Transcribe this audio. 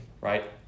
right